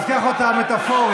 אז קח אותה מטפורית.